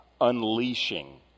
unleashing